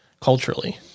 culturally